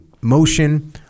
motion